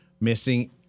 missing